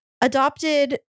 adopted